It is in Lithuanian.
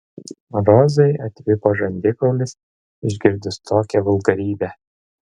rozai atvipo žandikaulis išgirdus tokią vulgarybę